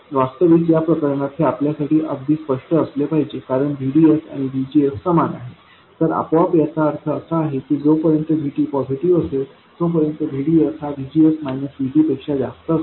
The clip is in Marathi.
वास्तविक या प्रकरणात हे आपल्यासाठी अगदी स्पष्ट असले पाहिजे कारण VDS आणि VGS समान आहे तर आपोआपच याचा अर्थ असा आहे की जोपर्यंत VT पॉझिटिव्ह असेल तो पर्यंत VDS हा VGS VT पेक्षा जास्त असेल